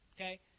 okay